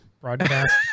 broadcast